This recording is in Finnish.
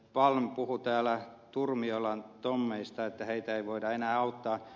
palm puhui täällä turmiolan tommeista että heitä ei voida enää auttaa